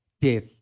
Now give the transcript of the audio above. death